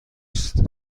است